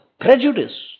prejudice